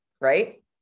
right